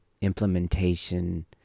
implementation